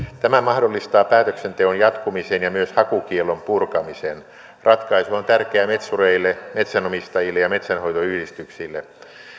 tämä mahdollistaa päätöksenteon jatkumisen ja myös hakukiellon purkamisen ratkaisu on tärkeä metsureille metsänomistajille ja metsänhoitoyhdistyksille